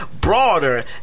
broader